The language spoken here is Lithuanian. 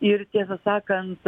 ir tiesą sakant